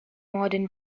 modern